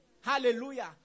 Hallelujah